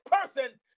person